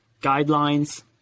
guidelines